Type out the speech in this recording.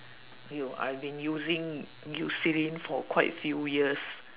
!aiyo! I've been using eucerin for quite a few years